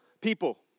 people